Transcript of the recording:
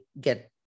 get